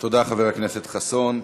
תודה, חבר הכנסת חסון.